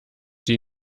die